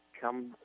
come